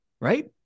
right